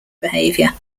behaviour